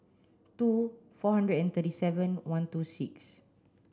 two four hundred and thirty seven one two six